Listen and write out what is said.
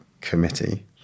committee